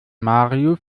mario